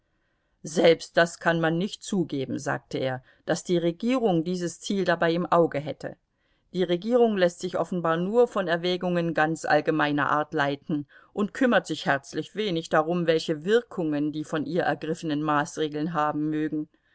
selbst das kann man nicht zugeben sagte er daß die regierung dieses ziel dabei im auge hätte die regierung läßt sich offenbar nur von erwägungen ganz allgemeiner art leiten und kümmert sich herzlich wenig darum welche wirkungen die von ihr ergriffenen maßregeln haben mögen